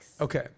Okay